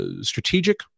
strategic